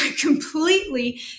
completely